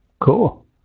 Cool